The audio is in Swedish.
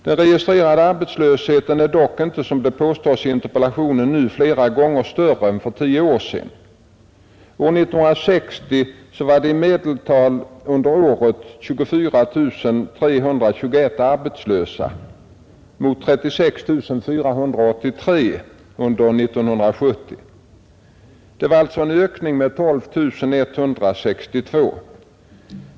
Den registrerade arbetslösheten är dock inte, som det påstås i interpellationen, nu flera gånger större än för 10 år sedan. År 1960 var det i medeltal under året 24 321 arbetslösa mot 36 483 under år 1970. Det var alltså en ökning med 12 162.